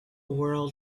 world